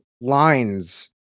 lines